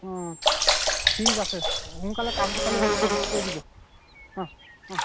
অঁ ঠিক আছে সোনকালে কামটো খালি চলভ কৰি দিব অঁ অঁ